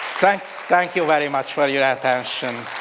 thank thank you very much for your attention.